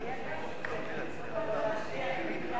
חברת הכנסת תירוש, האם זה שייך לך?